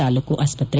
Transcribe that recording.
ತಾಲೂಕು ಆಸ್ಪತ್ರೆ